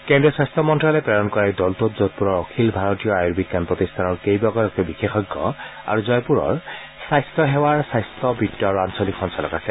কেন্দ্ৰীয় স্বাস্থ্য মন্ত্যালয়ে প্ৰেৰণ কৰা এই দলটোত যোধপূৰৰ অখিল ভাৰতীয় আয়বিজ্ঞান প্ৰতিষ্ঠানৰ কেইবাগৰাকীও বিশেষজ্ঞ আৰু জয়পুৰৰ স্বাস্থ্য সেৱাৰ স্বাস্থ্য বিত্ত আৰু আঞলিক সঞ্চালক আছে